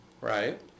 right